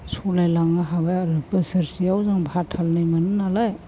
सालायलांनो हाबाय आरो बोसोरसेयाव जों फाथालनै मोनो नालाय